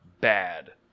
bad